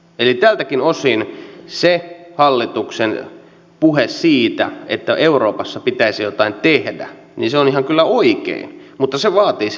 eli tältäkin osin se hallituksen puhe siitä että euroopassa pitäisi jotain tehdä on ihan kyllä oikein mutta se vaatii silloin niitä tekoja